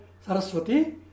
Saraswati